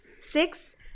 Six